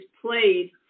played